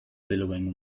billowing